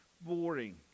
boring